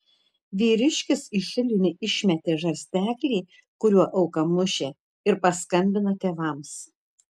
vyriškis į šulinį išmetė žarsteklį kuriuo auką mušė ir paskambino tėvams